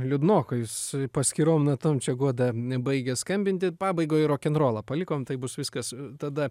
liūdnokai su paskyrom natom čia goda baigia skambinti pabaigoj rokenrolą palikom tai bus viskas tada